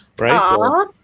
right